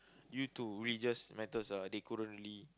due to religious matters ah they couldn't really